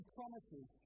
promises